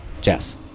Jess